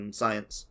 science